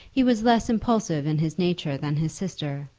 he was less impulsive in his nature than his sister,